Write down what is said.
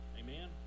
amen